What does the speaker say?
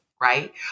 right